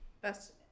Best